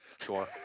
Sure